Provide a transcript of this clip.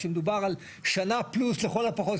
כשמדובר על שנה פלוס לכל הפחות,